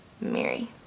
Mary